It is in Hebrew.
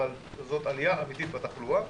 אבל זאת עלייה אמיתית בתחלואה,